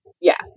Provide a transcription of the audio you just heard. Yes